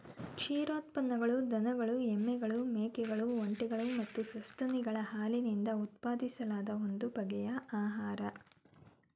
ಕ್ಷೀರೋತ್ಪನ್ನಗಳು ದನಗಳು ಎಮ್ಮೆಗಳು ಮೇಕೆಗಳು ಒಂಟೆಗಳು ಮತ್ತು ಸಸ್ತನಿಗಳ ಹಾಲಿನಿಂದ ಉತ್ಪಾದಿಸಲಾದ ಒಂದು ಬಗೆಯ ಆಹಾರ